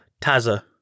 Taza